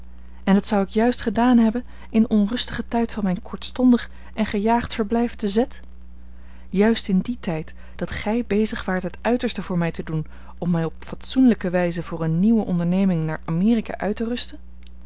en dat zou ik juist gedaan hebben in den onrustigen tijd van mijn kortstondig en gejaagd verblijf te z juist in dien tijd dat gij bezig waart het uiterste voor mij te doen om mij op fatsoenlijke wijze voor een nieuwe onderneming naar amerika uit te rusten